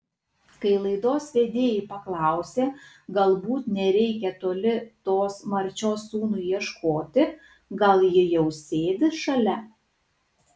kai laidos vedėjai paklausė galbūt nereikia toli tos marčios sūnui ieškoti gal ji jau sėdi šalia